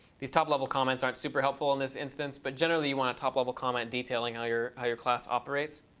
these top level comments aren't super helpful in this instance, but generally you want a top level comment detailing how your how your class operates.